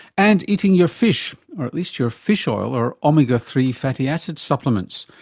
and eating your fish, or at least your fish oil or omega three fatty acid supplements.